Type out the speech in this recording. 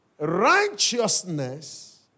righteousness